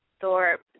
Thorpe